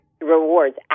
rewards